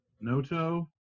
Noto